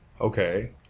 Okay